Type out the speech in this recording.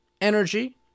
energy